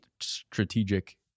strategic